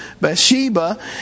Bathsheba